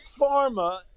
pharma